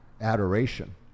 adoration